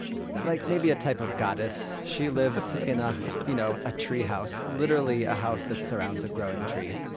like maybe a type of goddess. she lives in a you know a tree house literally, a house that surrounds a growing tree.